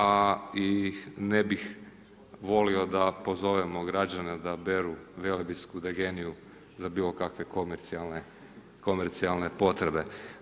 A i ne bih volio da pozovimo građane da odaberu velebitsku degeniju, za bilo kakve komercijalne potrebe.